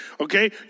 Okay